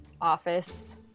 office